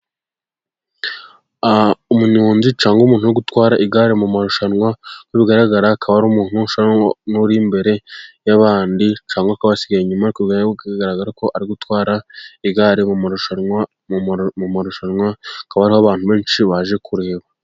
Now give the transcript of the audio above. Umunyonzi cyangwa umuhuntu uri utwara igare mu marushanwa, uko bigaragara akaba ari umuntu usa nk'uri imbere y'abandi, cyangwa akaba yasigaye inyuma, bikaba biri kugaragara ko ari gutwara igare mu marushanwa, hakaba hariho abantu benshi baje kureba.